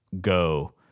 go